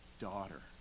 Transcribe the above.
daughter